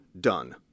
done